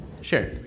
Sure